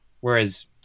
Whereas